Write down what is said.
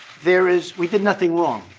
there is we did nothing wrong.